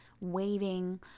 waving